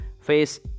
face